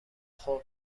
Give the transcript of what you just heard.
خوب